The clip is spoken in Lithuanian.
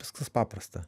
viskas paprasta